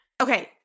Okay